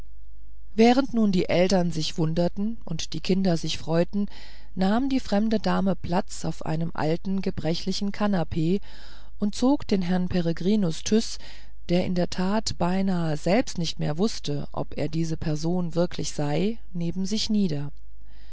während nun die eltern sich wunderten und die kinder sich freuten nahm die fremde dame platz auf einem alten gebrechlichen kanapee und zog den herrn peregrinus tyß der in der tat beinahe selbst nicht mehr wußte ob er diese person wirklich sei neben sich nieder